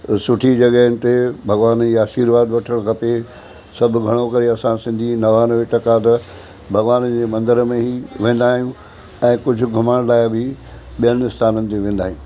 सुठी जॻहियुनि ते भॻवान जी आशीर्वाद वठणु खपे सभु घणो करे असां सिंधी नवानवे टका त भॻवान जे मंदर में ही वेंदा आहियूं ऐं कुझु घुमण लाइ बि ॿियनि स्थाननि ते वेंदा आहियूं